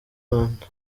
rwanda